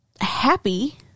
happy